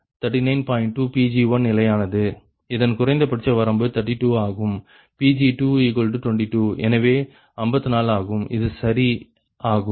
2 Pg1 நிலையானது இதன் குறைந்தபட்ச வரம்பு 32 ஆகும் Pg222 எனவே 54 ஆகும் அது சரி ஆகும்